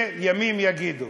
וימים יגידו.